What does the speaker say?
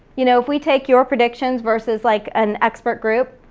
you know if we take your predictions versus like an expert group,